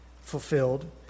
fulfilled